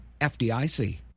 FDIC